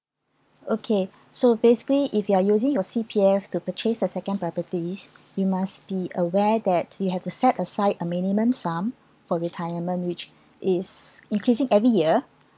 okay so basically if you are using your C_P_F to purchase a second properties you must be aware that you have to set aside a minimum sum for retirement which is increasing every year